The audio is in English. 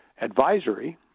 advisory